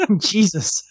Jesus